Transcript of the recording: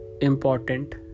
important